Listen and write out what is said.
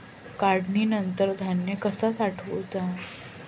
काढणीनंतर धान्य कसा साठवुचा?